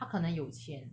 他可能有钱